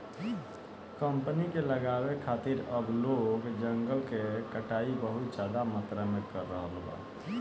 company के लगावे खातिर अब लोग जंगल के कटाई बहुत ज्यादा मात्रा में कर रहल बा